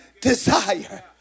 desire